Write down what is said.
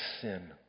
sin